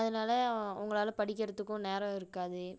அதனால அவங்களால் படிக்கிறத்துக்கும் நேரம் இருக்காது